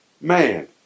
man